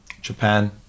Japan